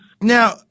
Now